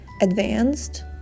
advanced